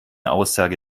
aussage